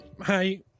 hi